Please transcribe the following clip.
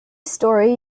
story